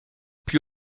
plus